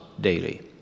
daily